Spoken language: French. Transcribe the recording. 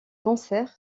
concerts